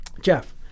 Jeff